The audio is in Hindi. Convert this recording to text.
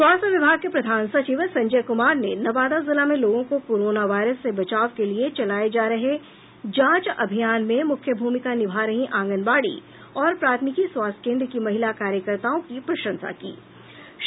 स्वास्थ्य विभाग के प्रधान सचिव संजय कुमार ने नवादा जिला में लोगों को कोरोना वायरस से बचाव के लिए चलाये जा रहे जांच अभियान में मुख्य भूमिका निभा रहीं आंगनबाड़ी और प्राथमिकी स्वास्थ्य केन्द्र की महिला कार्यकर्ताओं की प्रशंसा की है